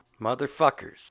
motherfuckers